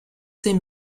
ses